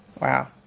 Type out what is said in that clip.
wow